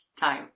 time